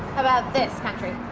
about this country?